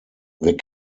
wir